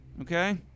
Okay